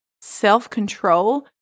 self-control